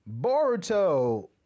Boruto